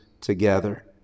together